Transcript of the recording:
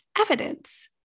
evidence